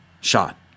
shot